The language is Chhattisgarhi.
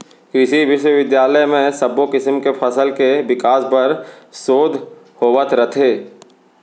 कृसि बिस्वबिद्यालय म सब्बो किसम के फसल के बिकास बर सोध होवत रथे